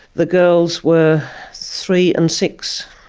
the girls were three and six.